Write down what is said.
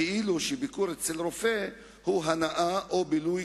כאילו ביקור אצל רופאים הוא הנאה או בילוי